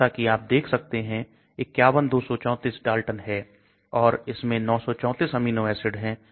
जैसा कि आप देख सकते हैं 51234 डाल्टन है और इसमें 934 अमीनो एसिड है